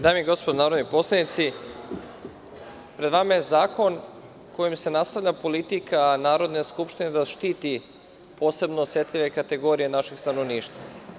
Dame i gospodo narodni poslanici, pred vama je zakon kojim se nastavlja politika Narodne skupštine da štiti posebno osetljive kategorije našeg stanovništva.